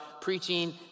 preaching